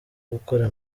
gukora